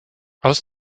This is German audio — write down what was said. aus